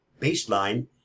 baseline